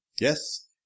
Yes